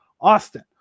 Austin